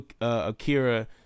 akira